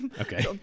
okay